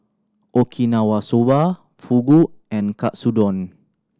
Okinawa Soba Fugu and Katsudon